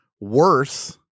worse